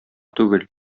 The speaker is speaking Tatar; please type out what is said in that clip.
түгел